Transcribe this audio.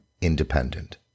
independent